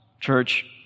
church